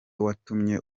watumye